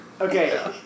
Okay